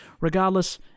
Regardless